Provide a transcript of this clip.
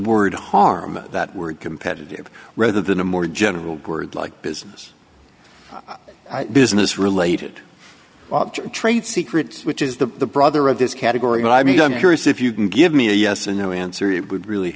word harm that word competitive rather than a more general board like business business related trade secrets which is the brother of this category i mean i'm curious if you can give me a yes or no answer it would really